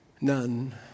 None